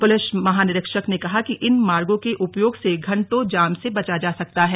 police महानिरीक्षक ने कहा कि इन मार्गों के उपयोग से घंटों जाम से बचा जा सकता है